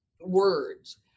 words